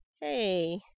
hey